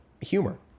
humor